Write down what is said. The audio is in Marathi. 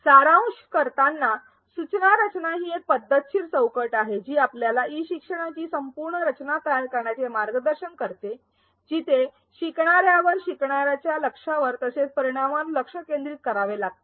सारांश करताना सूचना रचना ही एक पद्धतशीर चौकट आहे जी आपल्याला ई शिक्षणाची संपूर्ण रचना तयार करण्याचे मार्गदर्शन करते जिथे शिकणाऱ्यावर शिकणार्यांच्या लक्ष्यांवर तसेच परिणामांवर लक्ष केंद्रित करावे लागते